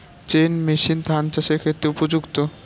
Chain machine ধান চাষের ক্ষেত্রে উপযুক্ত?